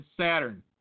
Saturn